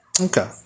Okay